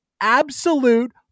absolute